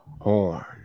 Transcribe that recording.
Horn